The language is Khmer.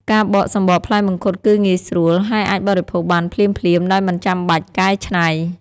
ការបកសំបកផ្លែមង្ឃុតគឺងាយស្រួល ហើយអាចបរិភោគបានភ្លាមៗដោយមិនចាំបាច់កែច្នៃ។